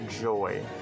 joy